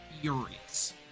furious